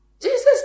Jesus